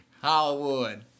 Hollywood